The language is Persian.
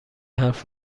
حرف